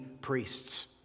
priests